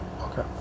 okay